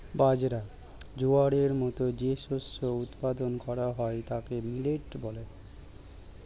বাজরা, জোয়ারের মতো যে শস্য উৎপাদন করা হয় তাকে মিলেট বলে